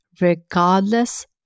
regardless